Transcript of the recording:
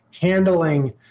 handling